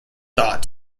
thought